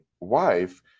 wife